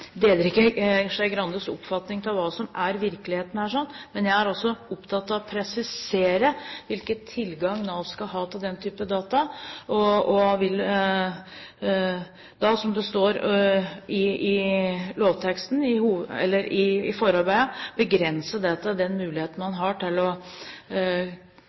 Intensjonen er altså ikke at man skal kunne gå inn og kontrollere trafikkdata. Jeg deler ikke Skei Grandes oppfatning av hva som er virkeligheten her, men jeg er opptatt av å presisere hvilken tilgang Nav skal ha til den type data, og vil, ut fra forarbeidene til loven, begrense det til den muligheten man har til å